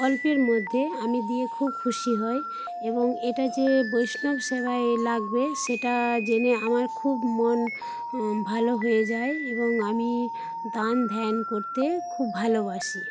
অল্পের মধ্যে আমি দিয়ে খুব খুশি হই এবং এটা যে বৈষ্ণব সেবায় লাগবে সেটা জেনে আমার খুব মন ভালো হয়ে যায় এবং আমি দান ধ্যান করতে খুব ভালোবাসি